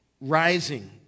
rising